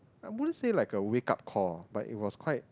I wouldn't say like a wake up call but it was quite